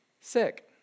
sick